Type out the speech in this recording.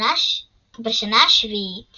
בשנה השביעית